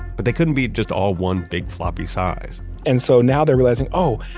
but they couldn't be just all one big floppy size and so now they're realizing, oh,